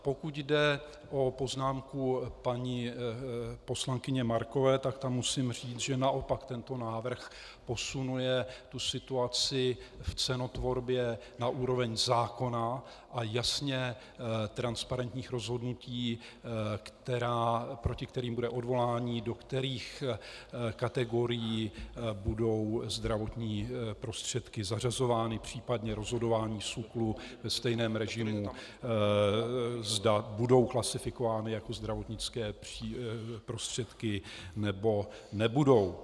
Pokud jde o poznámku paní poslankyně Markové, tak tam musím říci, že naopak tento návrh posunuje situaci v cenotvorbě na úroveň zákona a jasně transparentních rozhodnutí, proti kterým bude odvolání, do kterých kategorií budou zdravotní prostředky zařazovány, případně rozhodování SÚKLu ve stejném režimu, zda budou klasifikovány jako zdravotnické prostředky, nebo nebudou.